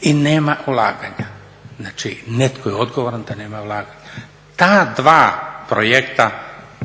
I nema ulaganja, znači netko je odgovoran da nema ulaganja. Ta dva projekta